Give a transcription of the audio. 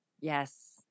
Yes